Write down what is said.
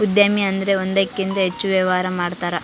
ಉದ್ಯಮಿ ಅಂದ್ರೆ ಒಂದಕ್ಕಿಂತ ಹೆಚ್ಚು ವ್ಯವಹಾರ ಮಾಡ್ತಾರ